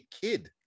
kid